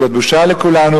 זו בושה לכולנו,